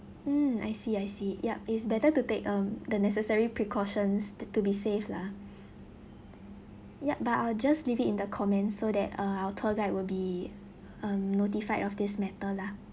mm I see I see yup it's better to take um the necessary precautions to to be safe lah yup but I'll just leave it in the comments so that uh our tour guide will be um notified of this matter lah